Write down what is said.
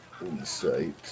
insight